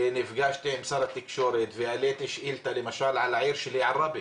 נפגשתי עם שר התקשורת והעליתי שאילתה על העיר שלי עראבה